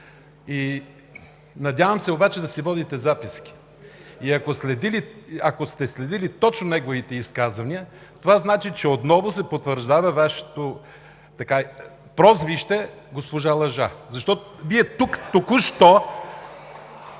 Надявам се обаче да си водите записки. Ако сте следили точно неговите изказвания, това значи, че отново се потвърждава Вашето прозвище „госпожа Лъжа“, защото Вие тук току-що...